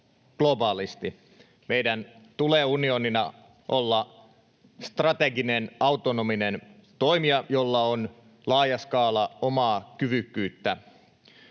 Meidän tulee unionina olla strateginen, autonominen toimija, jolla on laaja skaala omaa kyvykkyyttä.